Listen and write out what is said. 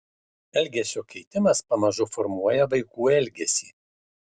elgesio keitimas pamažu formuoja vaikų elgesį